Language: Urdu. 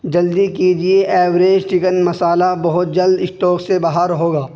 جلدی کیجیے ایوریسٹ چکن مصالحہ بہت جلد اسٹاک سے باہر ہوگا